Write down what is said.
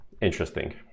interesting